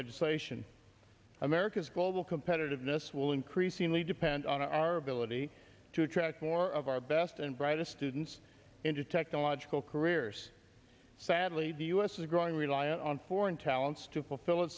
legislation america's global competitiveness will increasingly depend on our ability to attract more of our best and brightest students into technological careers sadly the us is growing reliant on foreign talents to fulfill